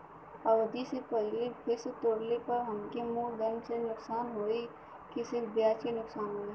अवधि के पहिले फिक्स तोड़ले पर हम्मे मुलधन से नुकसान होयी की सिर्फ ब्याज से नुकसान होयी?